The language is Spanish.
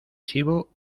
chivo